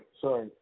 Sorry